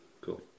cool